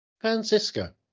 Francisco